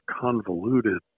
convoluted